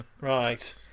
Right